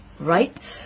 rights